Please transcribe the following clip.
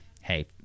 hey –